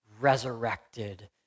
resurrected